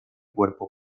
cuerpo